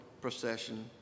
procession